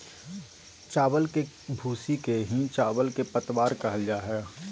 चावल के भूसी के ही चावल के पतवार कहल जा हई